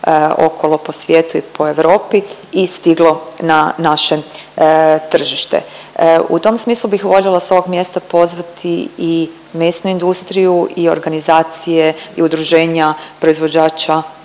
okolo po svijetu i po Europi i stiglo na naše tržište. U tom smislu bih voljela s ovog mjesta pozvati i mesnu industriju i organizacije i udruženja proizvođača